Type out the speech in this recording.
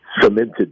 cemented